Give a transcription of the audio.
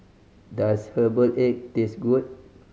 does herbal egg taste good